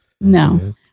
No